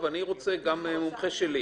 גם אני רוצה מומחה שלי.